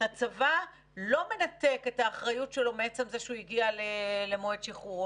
שהצבא לא מנתק את האחריות שלו מעצם זה שהוא הגיע למועד שחרור.